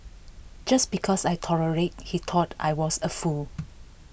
just because I tolerated he thought I was A fool